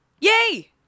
yay